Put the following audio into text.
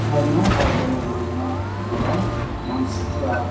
खारनाय बादायलायनायाव गोबां मानसिफ्रा